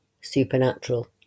supernatural